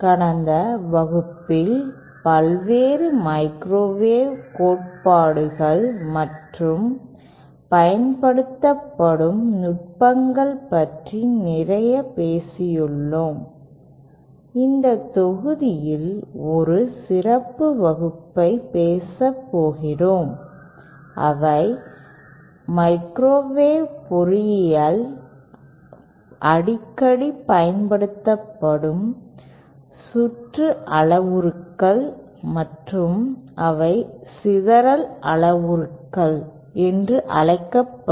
கடந்த வகுப்பில் பல்வேறு மைக்ரோவேவ் கோட்பாடுகள் மற்றும் பயன்படுத்தப்படும் நுட்பங்கள் பற்றி நிறையப் பேசியுள்ளோம் இந்த தொகுதியில் ஒரு சிறப்பு வகுப்பை பேசப் போகிறோம் அவை மைக்ரோவேவ் பொறியியலில் அடிக்கடி பயன்படுத்தப்படும் சுற்று அளவுருக்கள் மற்றும் அவை சிதறல் அளவுருக்கள் என்று அழைக்கப்படுகிறது